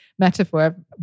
metaphor